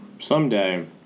someday